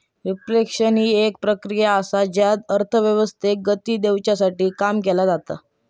reflection हि एक प्रक्रिया असा ज्यात अर्थव्यवस्थेक गती देवसाठी काम केला जाता